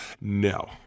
No